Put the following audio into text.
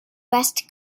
west